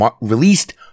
released